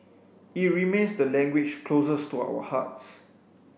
it remains the language closest to our hearts